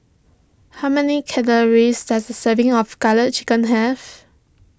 how many calories does a serving of Garlic Chicken have